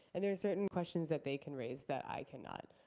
and there are certain questions that they can raise that i cannot.